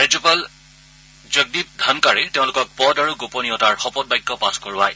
ৰাজ্যপাল জগৱীপ ধানকাৰে তেওঁলোকক পদ আৰু গোপনীয়তাৰ শপতবাক্য পাঠ কৰোৱায়